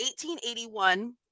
1881